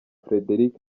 frederic